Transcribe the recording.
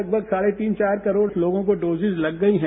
लगभग साढ़े तीन चार करोड़ लोगों को डोजेज लग गई हैं